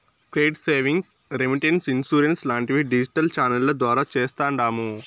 credit savings, remittance, insurance లాంటివి digital ఛానెల్ల ద్వారా చేస్తాండాము